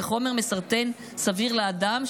כחומר מסרטן סביר לאדם,